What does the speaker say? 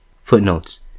Footnotes